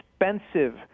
expensive